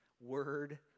word